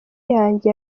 yanjye